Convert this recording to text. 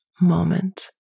moment